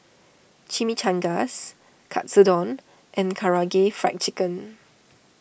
Chimichangas Katsudon and Karaage Fried Chicken